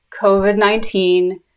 COVID-19